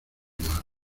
mar